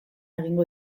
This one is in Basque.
egingo